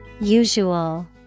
Usual